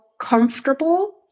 comfortable